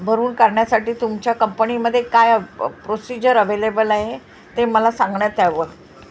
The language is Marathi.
भरून करण्यासाठी तुमच्या कंपनीमदे काय प्रोसिजर अवेलेबल आहे ते मला सांगण्यात याव